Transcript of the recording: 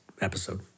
episode